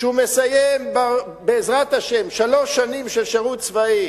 שהוא מסיים בעזרת השם שלוש שנים של שירות צבאי,